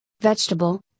Vegetable